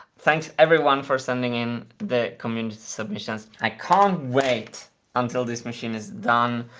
thanks everyone for sending in the community submissions. i can't wait until this machine is done,